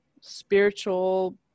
spiritual